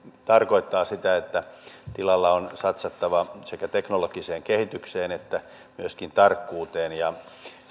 tarkoittaa sitä että tilalla on satsattava sekä teknologiseen kehitykseen että myöskin tarkkuuteen ja